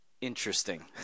interesting